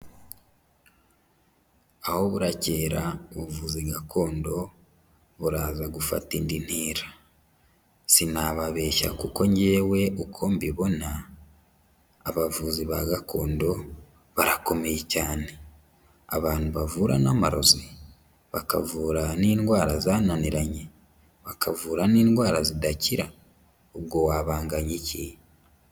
Aho burakera, ubuvuzi gakondo buraza gufata indi ntera. Sinababeshya kuko njyewe uko mbibona, abavuzi ba gakondo, barakomeye cyane. Abantu bavura n'amarozi! Bakavura n'indwara zananiranye! Bakavura n'indwara zidakira! Ubwo wabanganya iki?